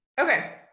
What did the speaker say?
Okay